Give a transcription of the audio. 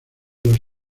los